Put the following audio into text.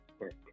work